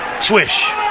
Swish